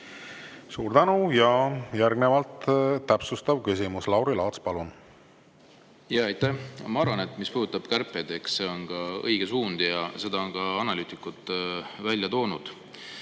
Suur tänu! Järgnevalt täpsustav küsimus. Lauri Laats, palun! Aitäh! Ma arvan, et mis puudutab kärpeid, siis eks see on ka õige suund ja seda on ka analüütikud välja toonud.